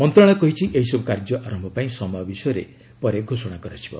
ମନ୍ତ୍ରଣାଳୟ କହିଛି ଏହିସବୁ କାର୍ଯ୍ୟ ଆରମ୍ଭ ପାଇଁ ସମୟ ବିଷୟରେ ପରେ ଘୋଷଣା କରାଯିବ